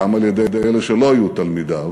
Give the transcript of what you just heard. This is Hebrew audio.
גם על-ידי אלה שלא היו תלמידיו